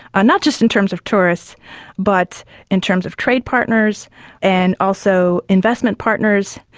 ah not just in terms of tourists but in terms of trade partners and also investment partners.